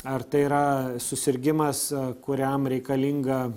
ar tai yra susirgimas kuriam reikalinga